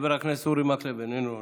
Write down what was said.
חבר הכנסת אורי מקלב, איננו נוכח.